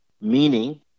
meaning